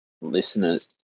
listeners